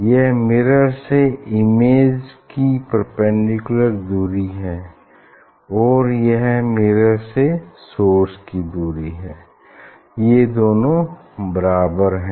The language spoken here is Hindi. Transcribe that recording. यह मिरर से इमेज की परपेंडिकुलर दूरी है और यह मिरर से सोर्स की दूरी है ये दोनों बराबर हैं